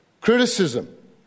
Criticism